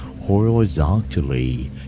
horizontally